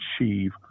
achieve